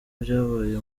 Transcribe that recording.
byabaye